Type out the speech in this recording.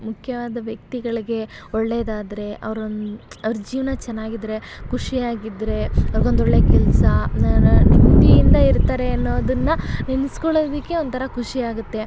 ಮುಖ್ಯವಾದ ವ್ಯಕ್ತಿಗಳಿಗೆ ಒಳ್ಳೆಯದಾದ್ರೆ ಅವ್ರು ಒಂದು ಅವ್ರ ಜೀವನ ಚೆನ್ನಾಗಿದ್ರೆ ಖುಷಿಯಾಗಿದ್ರೆ ಅವ್ರ್ಗೆ ಒಂದೊಳ್ಳೆ ಕೆಲಸ ನನಾ ನೆಮ್ಮದಿಯಿಂದ ಇರ್ತಾರೆ ಅನ್ನೋದನ್ನು ನೆನ್ಸ್ಕೊಳ್ಳೋದಕ್ಕೆ ಒಂಥರ ಖುಷಿ ಆಗುತ್ತೆ